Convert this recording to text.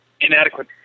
inadequate